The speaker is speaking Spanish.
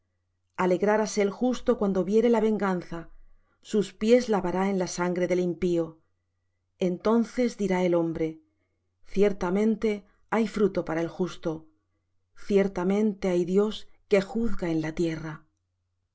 tempestad alegraráse el justo cuando viere la venganza sus pies lavará en la sangre del impío entonces dirá el hombre ciertamente hay fruto para el justo ciertamente hay dios que juzga en la tierra